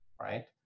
right